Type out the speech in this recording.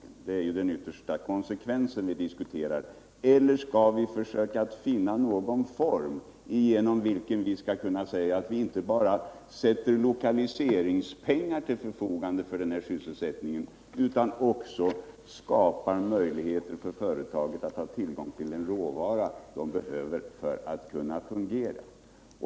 Det gäller ju den yttersta konsekvensen. Eller skall vi försöka finna någon form där vi inte bara ställer lokaliseringspengar till förfogande för sysselsättningen utan också skapar möjligheter för företagen att få tillgång till den råvara som de behöver för att kunna fungera?